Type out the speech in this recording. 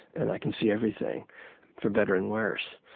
and i can see everything for better and worse.